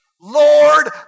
Lord